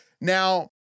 now